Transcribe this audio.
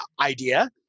idea